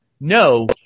No